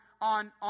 on